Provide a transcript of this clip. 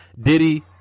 Diddy